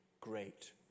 great